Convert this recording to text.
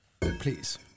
please